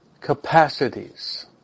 capacities